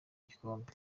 gikombe